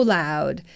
loud